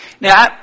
Now